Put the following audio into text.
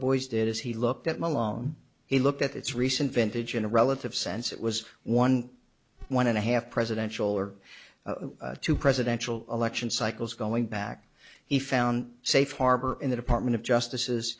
boys did is he looked at my long he looked at its recent vintage in a relative sense it was one one and a half presidential or two presidential election cycles going back he found safe harbor in the department of justice